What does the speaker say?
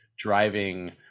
driving